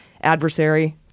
Adversary